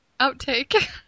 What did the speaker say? Outtake